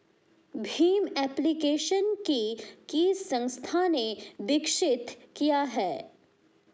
Bhim application को किस संस्था ने विकसित किया है?